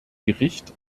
gericht